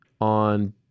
on